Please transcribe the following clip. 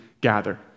gather